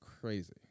crazy